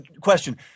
Question